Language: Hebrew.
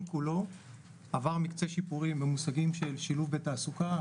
כולו עבר מקצה שיפורים במושגים של שילוב בתעסוקה,